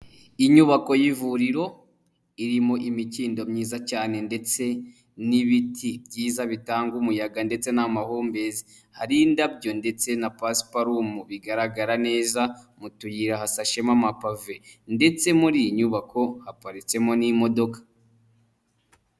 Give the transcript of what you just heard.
Inyubako y'ivuriro irimo imikindo myiza cyane ndetse n'ibiti byiza bitanga umuyaga ndetse n'amahumbezi, hari indabyo ndetse na pasiparumu bigaragara neza, mu tuyira hasashemo amapave ndetse muri iyi nyubako haparitsemo n'imodoka.